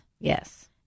Yes